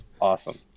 awesome